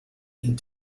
and